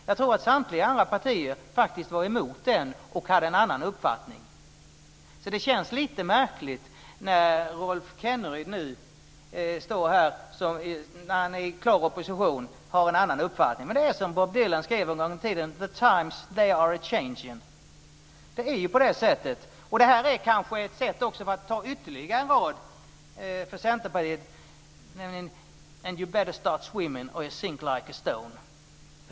Jag tror att samtliga andra partier var mot den och hade en annan uppfattning. Det känns lite märkligt när Rolf Kenneryd nu står här, när ni är i klar opposition, och har en annan uppfattning. Men det är som Bob Dylan skrev en gång i tiden: The Times, They Are A-Changin'. Det är på det sättet. Jag tar ytterligare en rad för Centerpartiet, nämligen: Then you better start swimmin' or you'll sink like a stone.